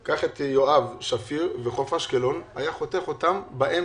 יואב, שפיר ואשקלון נחתכו באמצע.